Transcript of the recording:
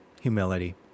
Humility